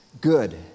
good